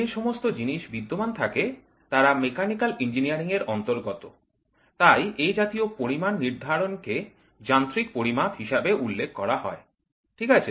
যে সমস্ত জিনিস বিদ্যমান থাকে তারা মেকানিকাল ইঞ্জিনিয়ারিং এর অন্তর্গত তাই এ জাতীয় পরিমাণ নির্ধারণকে যান্ত্রিক পরিমাপ হিসাবে উল্লেখ করা হয় ঠিক আছে